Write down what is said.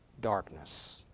darkness